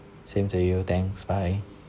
same to you thanks bye